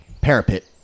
parapet